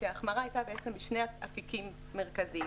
כשההחמרה הייתה בשני אפיקים מרכזיים: